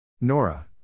Nora